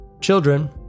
Children